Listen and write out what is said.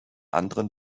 anderen